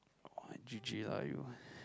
!wah! g_g lah you